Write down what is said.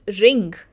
ring